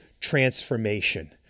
transformation